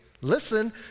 listen